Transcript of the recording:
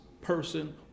person